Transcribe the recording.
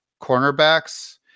cornerbacks